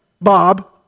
Bob